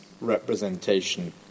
representation